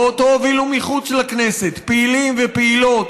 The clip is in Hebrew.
והובילו מחוץ לכנסת פעילים ופעילות,